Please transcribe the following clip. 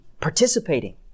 participating